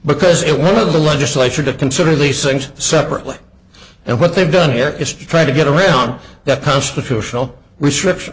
because it one of the legislature to consider the singhs separately and what they've done here is to try to get around that constitutional restriction